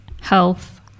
health